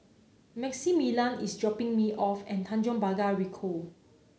Maximillian is dropping me off at Tanjong Pagar Ricoh